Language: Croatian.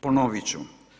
Ponovit ću.